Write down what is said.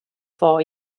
four